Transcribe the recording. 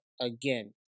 again